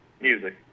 Music